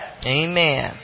Amen